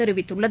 தெரிவித்துள்ளது